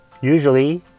Usually